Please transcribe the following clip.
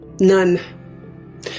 None